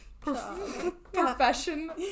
Profession